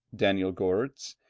daniel goerrits,